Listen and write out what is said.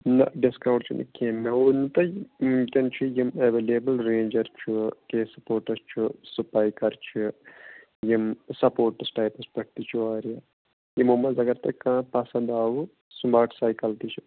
نہ ڈِسکَاوُنٹ چھُنہٕ کیٚنہہ مےٚ ووٚنو تۄہہِ وٕنکیٚن چھِ یِم ایویلیبٕل رینجر چھُ کے سپوٹٕس چھُ سٔپایکَر چھِ یِم سَپوٹٕس ٹایپَس پٮ۪ٹھ تہِ چھِ واریاہ یِمو منٛز اَگر تۄہہِ کانہہ پَسند آوٕ سماٹ سایکَل تہِ چھُ